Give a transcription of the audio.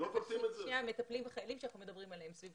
הם מטפלים בחיילים עליהם אנחנו מדברים.